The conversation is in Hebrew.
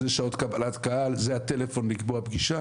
אלו שעות קבלת הקהל, זה הנוהל לקבוע פגישה.